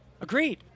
Agreed